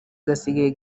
gasigaye